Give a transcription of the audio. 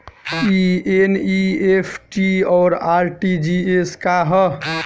ई एन.ई.एफ.टी और आर.टी.जी.एस का ह?